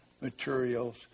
materials